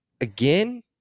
again